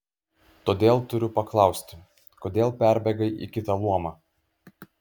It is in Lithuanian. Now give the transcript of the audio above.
todėl turiu paklausti kodėl perbėgai į kitą luomą